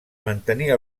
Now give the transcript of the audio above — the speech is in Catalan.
mantenir